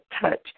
touch